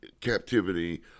captivity